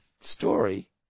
story